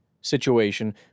situation